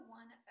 one